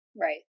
right